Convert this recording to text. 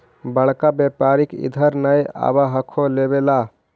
बड़का व्यापारि इधर नय आब हको लेबे ला?